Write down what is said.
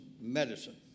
medicine